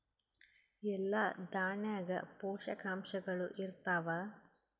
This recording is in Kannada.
ಎಲ್ಲಾ ದಾಣ್ಯಾಗ ಪೋಷಕಾಂಶಗಳು ಇರತ್ತಾವ?